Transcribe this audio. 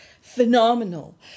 phenomenal